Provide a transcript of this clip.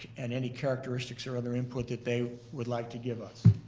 and any characteristics or other input that they would like to give us.